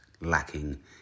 lacking